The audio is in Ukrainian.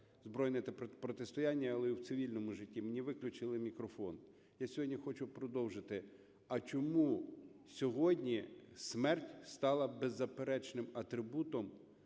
збройні протистояння, але і в цивільному житті, мені виключили мікрофон. Я сьогодні хочу продовжити: а чому сьогодні смерть стала беззаперечним атрибутом